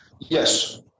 Yes